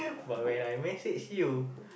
but when I message you